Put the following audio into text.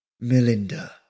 Melinda